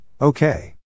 okay